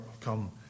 come